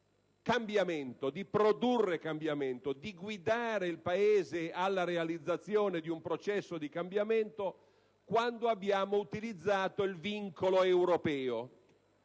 capaci di produrre cambiamento e di guidare il Paese alla realizzazione di un processo di cambiamento quando abbiamo utilizzato il vincolo europeo.